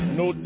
no